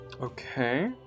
Okay